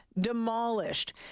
demolished